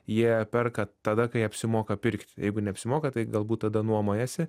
jie perka tada kai apsimoka pirkti jeigu neapsimoka tai galbūt tada nuomojasi